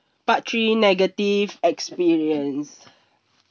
part three negative experience